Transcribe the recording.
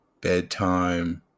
bedtime